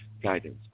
Guidance